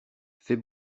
fais